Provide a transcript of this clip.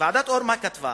ועדת-אור, מה כתבה?